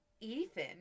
Ethan